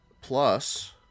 Plus